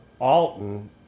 Alton